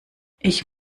ich